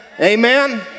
amen